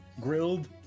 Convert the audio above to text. grilled